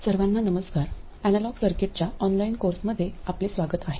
सर्वांना नमस्कार एनालॉग सर्किटच्या ऑनलाइन कोर्स मध्ये आपले स्वागत आहे